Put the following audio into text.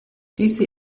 diese